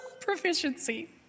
proficiency